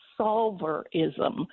solverism